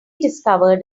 discovered